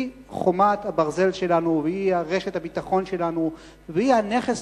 היא חומת הברזל שלנו והיא רשת הביטחון שלנו והיא הנכס